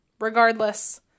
Regardless